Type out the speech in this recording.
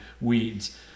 weeds